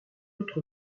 autre